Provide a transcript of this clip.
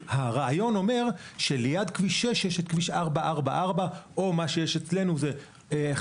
והרעיון אומר שליד כביש 6 יש את כביש 444 או מה שיש אצלנו זה 574,